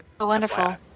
Wonderful